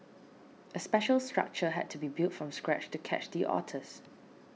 a special structure had to be built from scratch to catch the otters